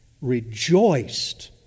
rejoiced